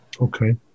Okay